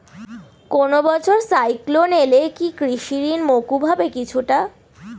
কোনো বছর সাইক্লোন এলে কি কৃষি ঋণ মকুব হবে কিছুটা?